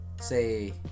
say